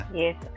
yes